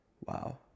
Wow